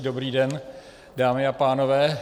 Dobrý den, dámy a pánové.